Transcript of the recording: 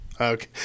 Okay